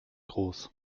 groß